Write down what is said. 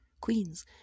queens